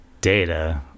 data